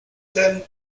tend